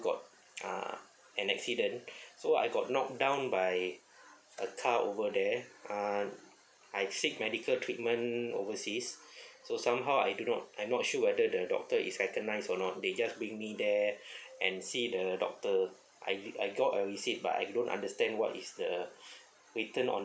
got uh an accident so I got knock down by a car over there uh I seek medical treatment overseas so somehow I do not I'm not sure whether the doctor is recognised or not they just bring me there and see the doctor I I got a receipt but I don't understand what is the written on